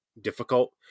difficult